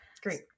Great